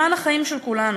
למען החיים של כולנו.